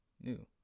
New